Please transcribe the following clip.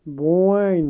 بونۍ